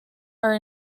are